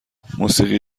موسیقی